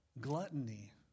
gluttony